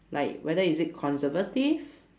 like whether is it conservative